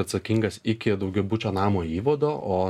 atsakingas iki daugiabučio namo įvado o